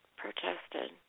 protested